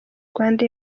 rwanda